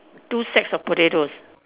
two sacks of potatoes